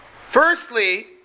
Firstly